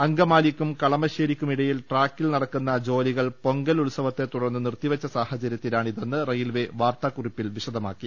അങ്കമാലിക്കും കളമശേരിക്കുമിടയിൽ ട്രാക്കിൽ നടക്കുന്ന ജോലികൾ പൊങ്കൽ ഉത്സവത്തെ തുടർന്ന് നിർത്തി വെച്ച സാഹചര്യത്തിലാണിതെന്ന് റെയിൽവെ വാർത്താകുറിപ്പിൽ വിശദ മാക്കി